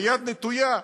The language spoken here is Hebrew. והיד נטויה.